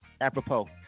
Apropos